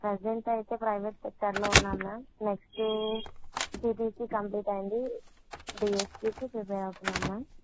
present అయితే private సెక్టర్లో ఉన్నా మ్యామ్ నెక్స్ట్ సిటీసీ కంప్లీట్ అయ్యింది డీఎస్ఈకి ప్రిపేర్ అవుతున్నాం మ్యామ్